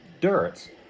dirt